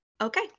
Okay